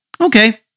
Okay